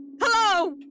Hello